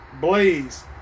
Blaze